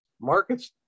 markets